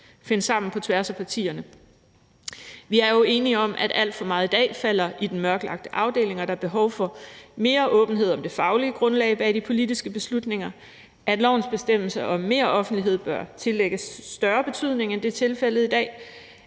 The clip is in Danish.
finde sammen på tværs af partierne. Vi er jo enige om, at alt for meget i dag falder i den mørklagte afdeling, og at der er behov for mere åbenhed om det faglige grundlag bag de politiske beslutninger; at lovens bestemmelse om mere offentlighed bør tillægges større betydning, end det er tilfældet i dag;